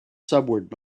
subword